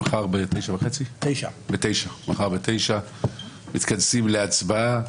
מחר בשעה 09:00 בבוקר מתכנסים להצבעה.